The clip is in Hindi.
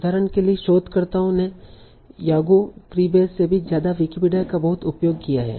उदाहरण के लिए शोधकर्ताओं ने YAGO फ्रीबेस से भी ज्यादा विकिपीडिया का बहुत उपयोग किया है